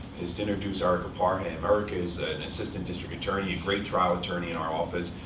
is to introduce erica parham. erica is an assistant district attorney, a great trial attorney in our office,